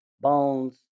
Bones